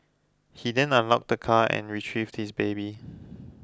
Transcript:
he then unlocked the car and retrieved his baby